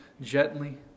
gently